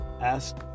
asked